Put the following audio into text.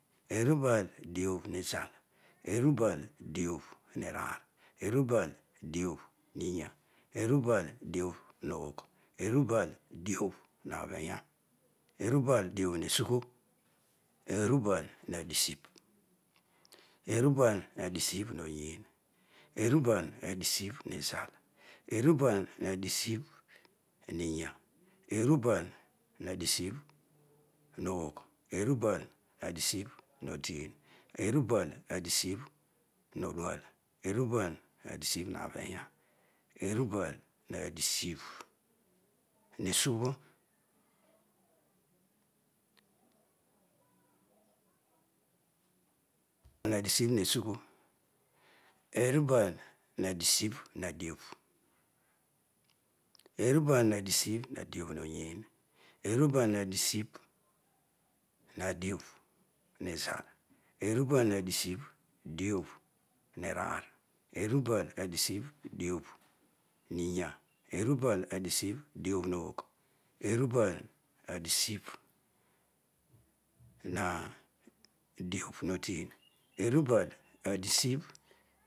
Erubal diabh nizal erubal diabh u raar erubal diabh niya erubal diabh agu erubal diobh nadin. eru diabhnodual. erubal diabhunabhiya. erubal diabh nesugh erubal nadisibh nagh. erubal naoisibh nodin erubal najior nodua erubal nadisibh uobin ya. erubal nadisibh bue sugho erubal nadisibh dubh erubal ndisibh diabh woyu erubal haasibble diabh nzal erubal ndisibh diabh nwaar erubal nadisibh ndiabh uya erubal nadisibh diabh nya erubal nadisibh diabh agh erubal nadisibh diabh uodi erubal nadisibh